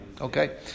Okay